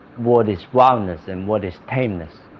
what is wildlness and what is tameness?